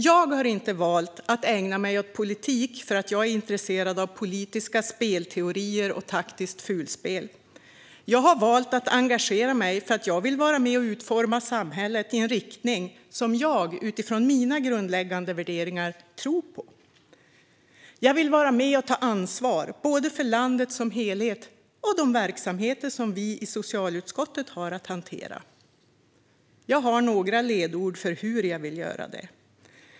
Jag har inte valt att ägna mig åt politik för att jag är intresserad av politiska spelteorier och taktiskt fulspel. Jag har valt att engagera mig för att jag vill vara med och utforma samhället i en riktning som jag, utifrån mina grundläggande värderingar, tror på. Jag vill vara med och ta ansvar både för landet som helhet och för de verksamheter som vi i socialutskottet har att hantera. Jag har några ledord för hur jag vill göra det.